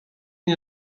nie